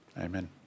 amen